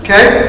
Okay